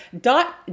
dot